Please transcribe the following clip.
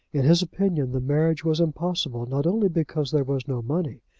in his opinion, the marriage was impossible, not only because there was no money,